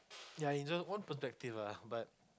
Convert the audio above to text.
ya one perspective lah but